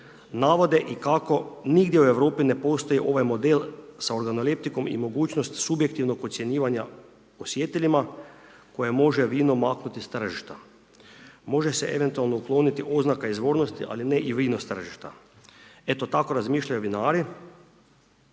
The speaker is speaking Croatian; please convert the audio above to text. navode kako nigdje u Europi ne postoji ovaj model sa …/Govornik se ne razumije./… i mogućnost subjektivnog ocjenjivanja osjetilima, koje može vino maknuti s tržišta. Može se eventualno ukloniti oznaka izvornosti, ali ne i vino iz tržišta. Eto tako razmišljaju vinari,